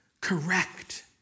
correct